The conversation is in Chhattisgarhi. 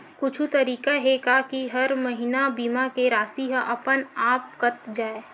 कुछु तरीका हे का कि हर महीना बीमा के राशि हा अपन आप कत जाय?